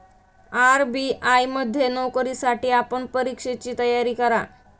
RBI मध्ये नोकरीसाठी आपण परीक्षेची तयारी करा